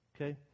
Okay